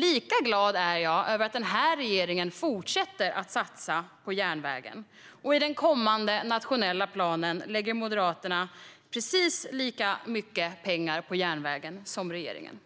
Lika glad är jag att den här regeringen fortsätter att satsa på järnvägen, och i den kommande nationella planen lägger Moderaterna precis lika mycket pengar på järnvägen som regeringen